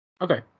Okay